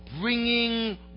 bringing